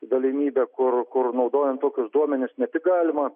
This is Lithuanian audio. galimybė kur kur naudojant tokius duomenis ne tik galima